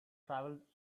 traveled